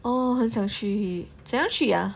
oh 很想去怎么去 ah